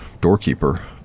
doorkeeper